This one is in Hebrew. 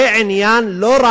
זה לא רק